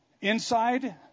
Inside